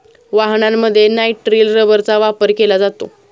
वाहनांमध्ये नायट्रिल रबरचा वापर केला जातो